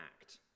act